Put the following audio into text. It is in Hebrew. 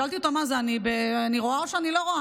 שאלתי אותה: מה זה, אני רואה או שאני לא רואה?